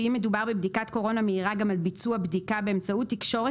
ואם מדובר בבדיקת קורונה מהירה גם על ביצוע בדיקה באמצעות תקשורת